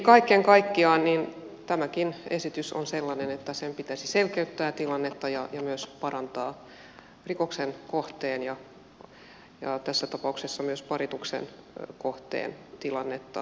kaiken kaikkiaan tämäkin esitys on sellainen että sen pitäisi selkeyttää tilannetta ja myös parantaa rikoksen kohteen ja tässä tapauksessa myös parituksen kohteen tilannetta oikeusprosessissa